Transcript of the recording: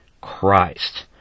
Christ